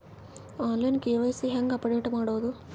On line KYC ಹೇಂಗ update ಮಾಡೋದು?